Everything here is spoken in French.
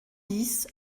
dix